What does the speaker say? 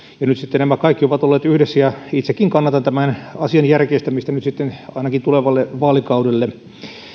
ja nyt sitten nämä kaikki ovat olleet yhdessä itsekin kannatan tämän asian järkeistämistä nyt sitten ainakin tulevalle vaalikaudelle